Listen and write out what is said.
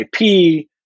IP